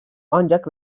ancak